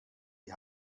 die